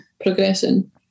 progressing